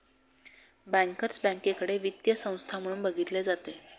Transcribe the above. bankers बँकेकडे वित्तीय संस्था म्हणून बघितले जाते